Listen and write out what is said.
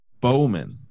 Bowman